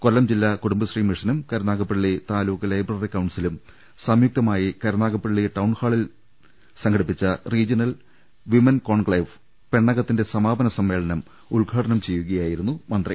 കൊല്ലം ജില്ലാ കുടുംബശ്രീ മിഷനും കരുനാഗപ്പള്ളി താലൂക്ക് ലൈബ്രറി കൌൺസിലും സംയുക്തമായി കരുനാഗപ്പള്ളി ടൌൺ ക്സബിൽ സംഘടിപ്പിച്ച റീജിയണൽ വിമൻ കോൺക്സേവ് പെണ്ണകത്തിന്റെ സമാപനസമ്മേളനംഉദ്ഘാടനം ചെയ്യുകയായിരുന്നു അദ്ദേഹം